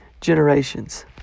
generations